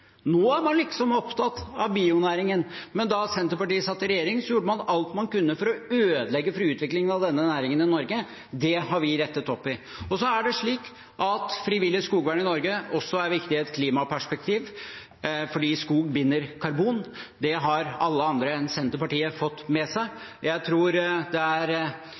Nå er man liksom opptatt av bionæringen, men da Senterpartiet satt i regjering, gjorde man alt man kunne for å ødelegge for utviklingen av denne næringen i Norge. Det har vi rettet opp i. Frivillig skogvern i Norge er også viktig i et klimaperspektiv, fordi skog binder karbon. Det har alle andre enn Senterpartiet fått med seg. Jeg tror det